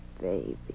baby